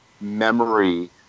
memory